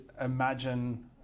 imagine